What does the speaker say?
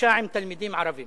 אוטובוסים ליהודים.